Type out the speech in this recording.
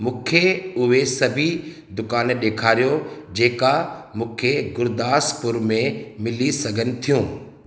मूंखे उहे सभी दुकान ॾेखारियो जेका मूंखे गुरुदासपुर में मिली सघनि थियूं